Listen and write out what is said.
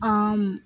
ஆம்